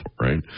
Right